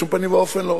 בשום פנים ואופן לא.